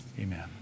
Amen